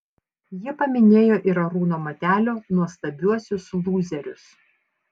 ji paminėjo ir arūno matelio nuostabiuosius lūzerius